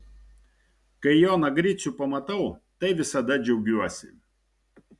kai joną gricių pamatau tai visada džiaugiuosi